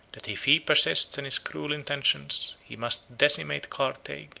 that if he persists in his cruel intentions, he must decimate carthage,